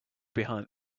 behind